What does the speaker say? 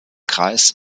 kreis